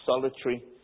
solitary